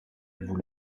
vous